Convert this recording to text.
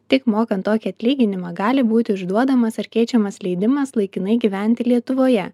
tik mokant tokį atlyginimą gali būti išduodamas ar keičiamas leidimas laikinai gyventi lietuvoje